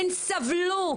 הם סבלו,